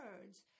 words